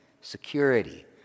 security